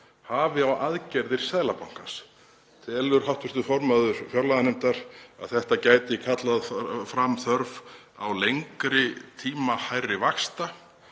hafi á aðgerðir Seðlabankans? Telur hv. formaður fjárlaganefndar að þetta gæti kallað fram þörf á lengri tíma hærri vaxta?